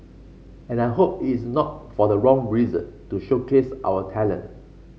and I hope it is not for the wrong reason to showcase our talent